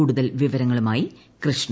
കൂടുതൽ വിവരങ്ങളുമായി കൃഷ്ണ